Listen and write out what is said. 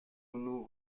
nous